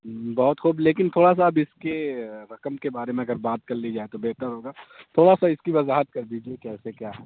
بہت خوب لیکن تھوڑا سا آپ اس کے رقم کے بارے میں اگر بات کر لی جائے تو بہتر ہوگا تھوڑا سا اس کی وضاحت کر دیجیے کیسے کیا